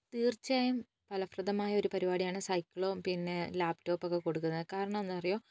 തീർച്ചയായും ഫലപ്രദമായൊരു പരിപാടിയാണ് സൈക്കിളോ പിന്നെ ലാപ്ടോപ്പൊക്കെ കൊടുക്കുന്നത് കാരണം എന്നാന്നറിയുമോ